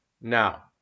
Now